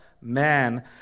man